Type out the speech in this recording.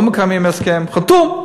לא מקיימים הסכם חתום.